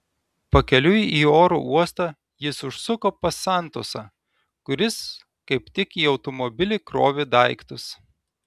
pakeliui į oro uostą jis užsuko pas santosą kuris kaip tik į automobilį krovė daiktus